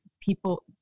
people